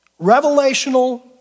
revelational